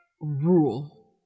rule